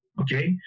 Okay